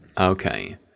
Okay